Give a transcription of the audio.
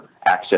access